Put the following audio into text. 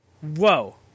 Whoa